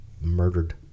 murdered